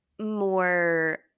more